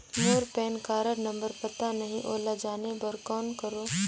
मोर PAN card number पता नहीं है, ओला जाने बर कौन करो?